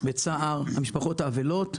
בצער המשפחות האבלות,